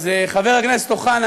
אז חבר הכנסת אוחנה,